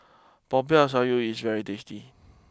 Popiah Sayur is very tasty